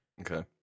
Okay